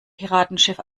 piratenschiff